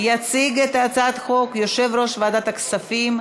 יציג את הצעת החוק יושב-ראש ועדת הכספים,